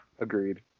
Agreed